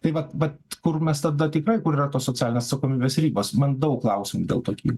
tai vat vat kur mes tada tikrai kur yra tos socialinės atsakomybės ribos man daug klausimų dėl to kyla